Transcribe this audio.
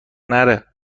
نره